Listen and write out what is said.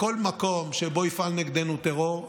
בכל מקום שבו יפעל נגדנו טרור,